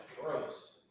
gross